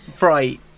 Right